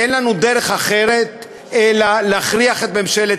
אין לנו דרך אחרת אלא להכריח את ממשלת